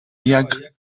jak